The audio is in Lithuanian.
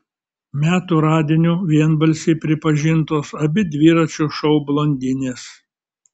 metų radiniu vienbalsiai pripažintos abi dviračio šou blondinės